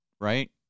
right